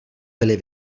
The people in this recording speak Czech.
byli